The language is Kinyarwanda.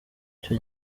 icyo